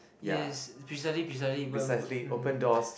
yes precisely precisely but b~ mm